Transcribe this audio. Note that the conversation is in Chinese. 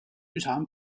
剧场